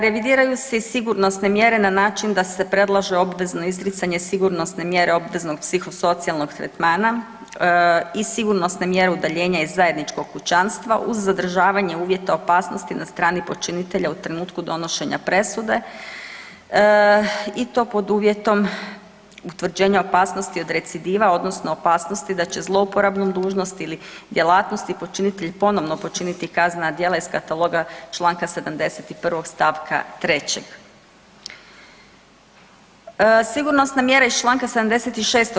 Revidiraju se i sigurnosne mjere na način da se predlaže obvezno izricanje sigurnosne mjere obveznog psihosocijalnog tretmana i sigurnosne mjere udaljenje iz zajedničkog kućanstva uz zadržavanje uvjeta opasnosti na strani počinitelja u trenutku donošenja presude i to pod uvjetom utvrđenja opasnosti od recidiva, odnosno opasnosti da će zlouporabom dužnosti ili djelatnosti počinitelj ponovno počiniti kaznena djela iz kataloga čl. 71. st. 3. Sigurnosne mjere iz čl. 76.